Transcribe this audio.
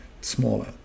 smaller